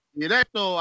directo